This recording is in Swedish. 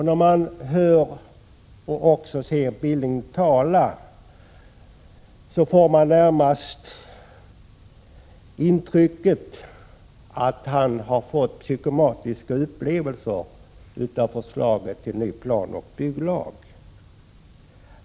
När man hör och ser Knut Billing tala får man närmast intrycket att han fått psykosomatiska upplevelser av förslaget till ny planoch bygglag.